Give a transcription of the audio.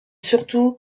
surtout